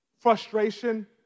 frustration